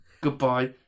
Goodbye